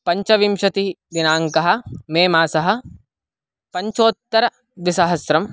पञ्चविंशतिः दिनाङ्कः मे मासः पञ्चोत्तरद्विसहस्रम्